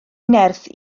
nerth